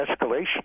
escalation